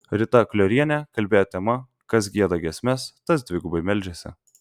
rita kliorienė kalbėjo tema kas gieda giesmes tas dvigubai meldžiasi